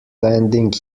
landing